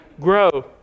grow